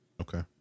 okay